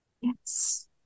Yes